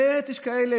ממילא יש כאלה,